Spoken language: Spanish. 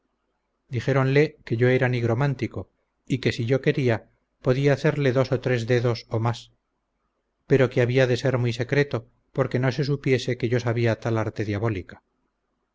este dijeronle que yo era nigromántico y que si yo quería podía hacerle dos o tres dedos o mas pero que había de ser muy secreto porque no se supiese que yo sabía tal arte diabólica